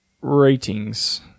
ratings